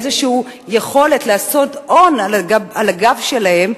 איזו יכולת לעשות ON על הגב שלהם,